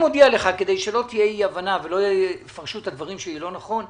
כדי שלא תהיה אי הבנה ולא יפרשו את הדברים שלי לא נכון,